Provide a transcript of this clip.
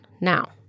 Now